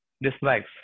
dislikes